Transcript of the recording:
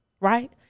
Right